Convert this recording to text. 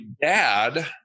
dad